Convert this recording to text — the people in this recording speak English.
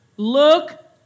Look